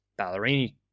Ballerini